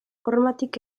hormatik